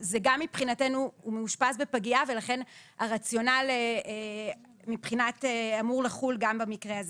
מבחינתנו הוא גם מאושפז בפגייה ולכן הרציונל אמור לחול גם במקרה הזה.